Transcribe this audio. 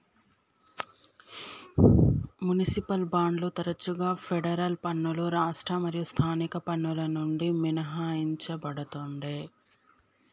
municipal బాండ్లు తరచుగా federal పన్నులు రాష్ట్ర మరియు స్థానిక పన్నుల నుండి మినహాయించబడతుండే